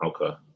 okay